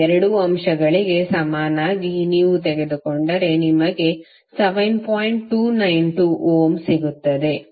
ಈ 2 ಅಂಶಗಳಿಗೆ ಸಮನಾಗಿ ನೀವು ತೆಗೆದುಕೊಂಡರೆ ನಿಮಗೆ 7